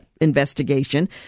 Investigation